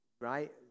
right